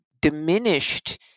diminished